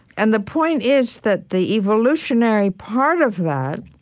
and the point is that the evolutionary part of that